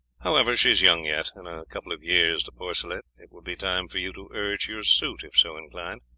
however, she is young yet in a couple of years, de porcelet, it will be time for you to urge your suit, if so inclined.